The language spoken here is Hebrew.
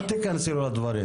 אל תיכנסי לו לדברים.